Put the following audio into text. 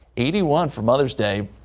eighty one for mother's day.